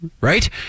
right